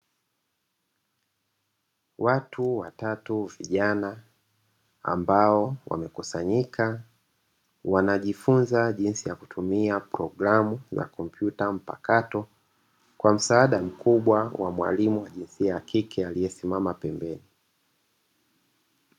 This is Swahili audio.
Watu watatu vijana ambao wamekusanyika, wanajifunza jinsi ya kutumia programu za kompyuta mpakato. Kwa msaada mkubwa wa mwalimu wa jinsia ya kike aliyesimama pembeni.